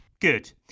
Good